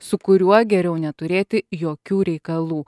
su kuriuo geriau neturėti jokių reikalų